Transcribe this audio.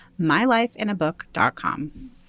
mylifeinabook.com